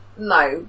No